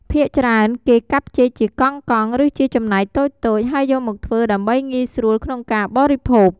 ភាគច្រើនគេកាត់ចេកជាកង់ៗ ឬជាចំណែកតូចៗ ហើយយកមកធ្វើ ដើម្បីងាយស្រួលក្នុងការបរិភោគ។